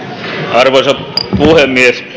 arvoisa puhemies